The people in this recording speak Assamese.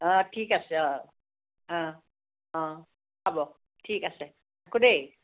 অ' ঠিক আছে অ' অ' অ' হ'ব ঠিক আছে ৰাখোঁ দেই